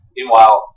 Meanwhile